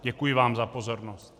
Děkuji vám za pozornost.